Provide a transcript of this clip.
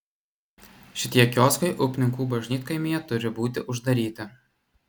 šitie kioskai upninkų bažnytkaimyje turi būti uždaryti